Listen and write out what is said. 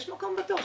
יש מקום בתור,